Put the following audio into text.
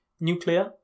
nuclear